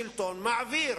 השלטון מעביר